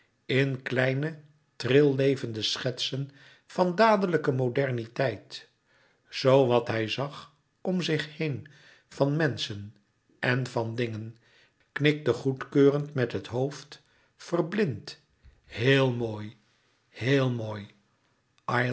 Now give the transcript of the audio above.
in kleine tril levende schetsen van dadelijke moderniteit zoo wat hij zag om zich heen van menschen en van dingen knikte goedkeurend met het hoofd verblind heel mooi heel mooi